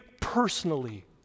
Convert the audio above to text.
personally